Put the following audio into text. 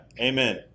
Amen